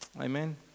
amen